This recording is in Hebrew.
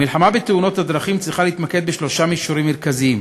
המלחמה בתאונות הדרכים צריכה להתמקד בשלושה מישורים מרכזיים: